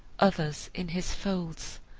others in his folds,